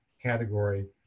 category